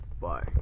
Bye